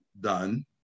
done